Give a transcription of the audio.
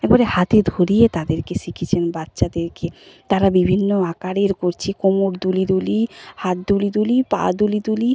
একবারে হাতে ধরিয়ে তাদেরকে শিখিয়েছেন বাচ্চাদেরকে তারা বিভিন্ন আকারের কচি কোমর দুলিয়ে দুলিয়ে হাত দুলিয়ে দুলিয়ে পা দুলিয়ে দুলিয়ে